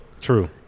True